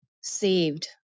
saved